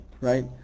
right